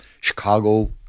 Chicago